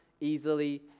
easily